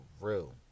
real